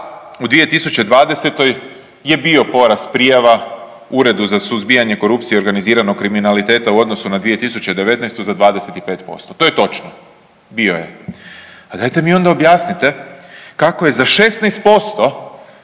u 2020. je bio porast prijava Uredu za suzbijanje korupcije i organiziranog kriminaliteta u odnosu na 2019. za 25%. To je točno, bio je. A dajte mi onda objasnite kako je za 16%